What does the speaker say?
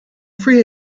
free